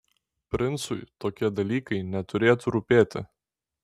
princui tokie dalykai neturėtų rūpėti